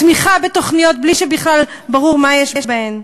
תמיכה בתוכניות בלי שבכלל ברור מה יש בהן.